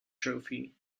trophy